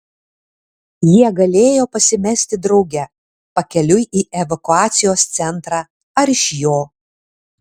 jie galėjo pasimesti drauge pakeliui į evakuacijos centrą ar iš jo